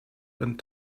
and